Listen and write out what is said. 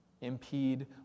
impede